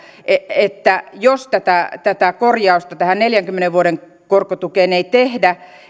että jos tätä tätä korjausta tähän neljänkymmenen vuoden korkotukeen ei tehdä